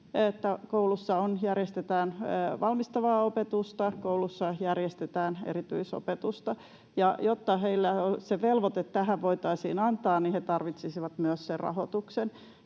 koulussa järjestetään valmistavaa opetusta, koulussa järjestetään erityisopetusta. Jotta heille se velvoite tähän voitaisiin antaa, he tarvitsisivat myös sen rahoituksen.